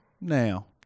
Now